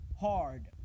hard